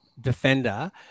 defender